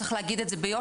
צריך להגיד את זה ביושר,